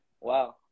Wow